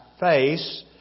face